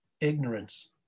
ignorance